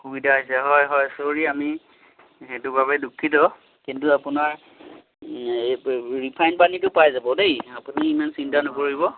অসুবিধা হৈছে হয় হয় ছ'ৰি আমি সেইটো বাবে দুখিত কিন্তু আপোনাৰ এই ৰিফাইন পানীটো পাই যাব দেই আপুনি ইমান চিন্তা নকৰিব